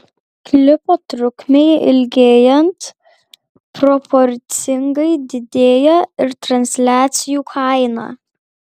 klipo trukmei ilgėjant proporcingai didėja ir transliacijų kaina